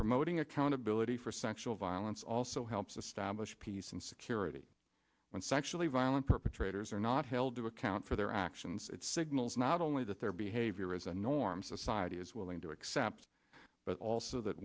promoting accountability for sexual violence also helps establish peace and security when sexually violent perpetrators are not held to account for their actions it signals not only that their behavior is the norm society is willing to accept but also that